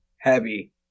heavy